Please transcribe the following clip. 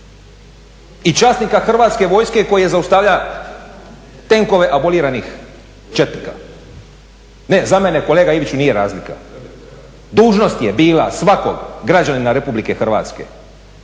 i časnika Hrvatske vojske koji je zaustavlja tenkove aboliranih četnika. Ne, za mene kolega Iviću nije razlika. Dužnost je bila svakog građanina Republike Hrvatske,